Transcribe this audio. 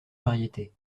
variété